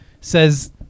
Says